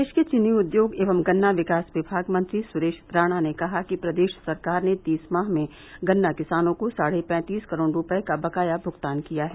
प्रदेश के चीनी उद्योग एवं गन्ना विकास विभाग मंत्री सुरेश राणा ने कहा कि प्रदेश सरकार ने तीस माह में गन्ना किसानों को साढ़े पैंतीस करोड़ रूपये का बकाया भुगतान किया है